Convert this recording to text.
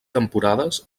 temporades